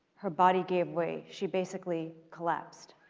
her body gave way. she basically collapsed.